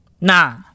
Nah